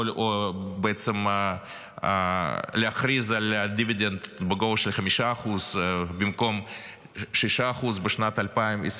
או בעצם להכריז על דיבידנד בגובה של 5% במקום 6% בשנת 2025,